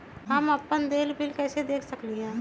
हम अपन देल बिल कैसे देख सकली ह?